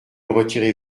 retirez